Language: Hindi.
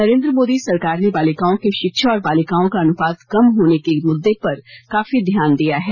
नरेन्द्र मोदी सरकार ने बालिकाओं की शिक्षा और बालिकाओं का अनुपात कम होने के मुद्दे पर काफी ध्यान दिया है